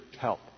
help